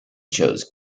chose